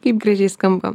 kaip gražiai skamba